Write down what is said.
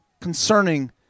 concerning